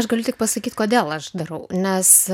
aš galiu tik pasakyt kodėl aš darau nes